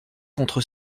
contre